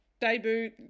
debut